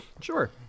sure